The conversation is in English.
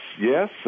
yes